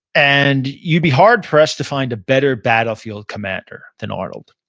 and you'd be hard pressed to find a better battlefield commander than arnold,